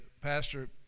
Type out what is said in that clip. Pastor